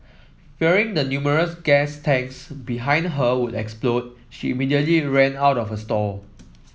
fearing the numerous gas tanks behind her would explode she immediately ran out of her stall